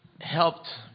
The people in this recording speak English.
helped